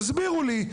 תסבירו לי.